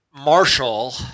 Marshall